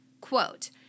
Quote